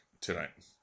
tonight